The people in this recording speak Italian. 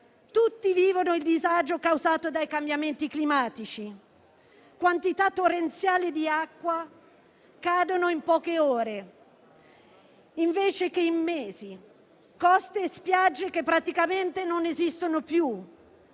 Tutti vivono il disagio causato dai cambiamenti climatici. Quantità torrenziali di acqua cadono in poche ore invece che in mesi; coste e spiagge praticamente non esistono più;